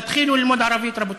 תתחילו ללמוד ערבית, רבותי.